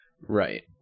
Right